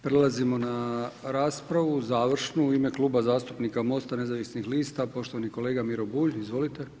Prelazimo na raspravu, završnu, u ime Kluba zastupnika MOST-a nezavisnih lista poštovani kolega Miro Bulj, izvolite.